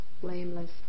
blameless